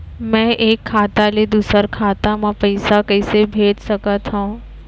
मैं एक खाता ले दूसर खाता मा पइसा कइसे भेज सकत हओं?